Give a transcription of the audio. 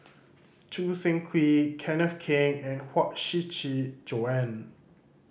Choo Seng Quee Kenneth Keng and Huang Shiqi Joan